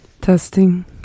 testing